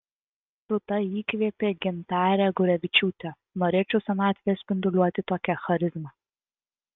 rūta įkvėpė gintarę gurevičiūtę norėčiau senatvėje spinduliuoti tokia charizma